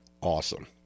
awesome